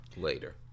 later